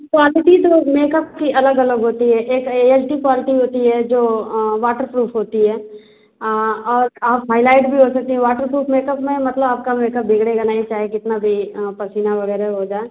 quality तो makeup की अलग अलग होती है एक एचडी क्वालिटी होती है जो वॉटरप्रूफ होती है और आप हाइलाइट भी हो सकती हैं वॉटरप्रूफ मेकअप में मतलब आपका मेकअप बिगड़ेगा नहीं चाहे कितना भी पसीना वगैरह हो जाए